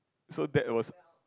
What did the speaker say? so that was